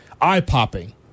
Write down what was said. eye-popping